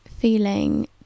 feeling